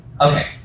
okay